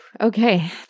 Okay